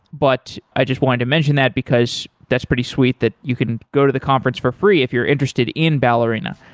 but i just wanted to mention that because that's pretty sweet that you can go to the conference for free if you're interested in ballerina.